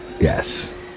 Yes